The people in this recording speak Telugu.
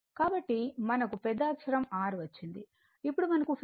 కాబట్టి మనకు పెద్దఅక్షరం R వచ్చింది ఇప్పుడు మనకు ఫ్రీక్వెన్సీ 2